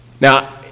Now